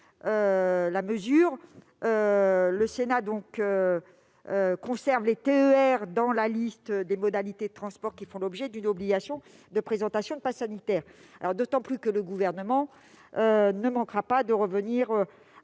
la mesure. Le Sénat maintient les TER dans la liste des modalités de transport qui font l'objet d'une obligation de présentation de passe sanitaire, d'autant plus que le Gouvernement ne manquera pas de revenir à